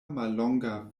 mallonga